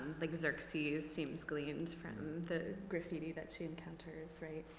like xerxes seems gleaned from the graffiti that she encounters, right?